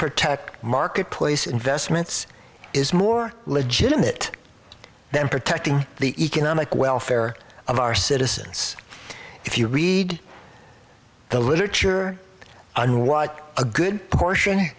protect marketplace investments is more legitimate than protecting the economic welfare of our citizens if you read the literature on what a good portion